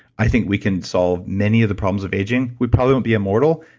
i think we can solve many of the problems of aging. we probably won't be immortal,